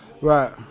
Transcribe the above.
Right